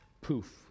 poof